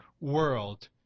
world